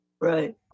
Right